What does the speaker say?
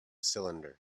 cylinder